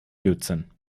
lötzinn